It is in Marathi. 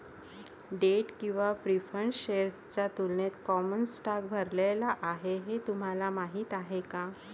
डेट किंवा प्रीफर्ड शेअर्सच्या तुलनेत कॉमन स्टॉक भरलेला आहे हे तुम्हाला माहीत आहे का?